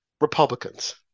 Republicans